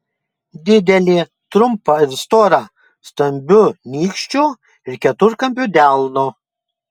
didelė trumpa ir stora stambiu nykščiu ir keturkampiu delnu